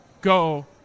go